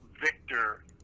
victor